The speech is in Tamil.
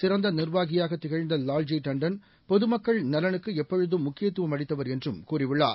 சிறந்த நிர்வாகியாக திகழ்ந்த வால்ஜி தாண்டன் பொதுமக்கள் நலனுக்கு எப்பொழுதும் முக்கியத்துவம் அளித்தவர் என்றும் கூறியுள்ளார்